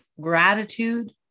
gratitude